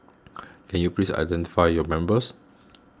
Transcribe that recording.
can you please identify your members